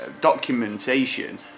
documentation